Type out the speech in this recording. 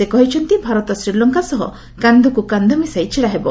ସେ କହିଛନ୍ତି ଭାରତ ଶ୍ରୀଲଙ୍କା ସହ କାନ୍ଧକୁ କାନ୍ଧ ମିଶାଇ ଛିଡ଼ାହେବ